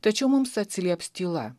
tačiau mums atsilieps tyla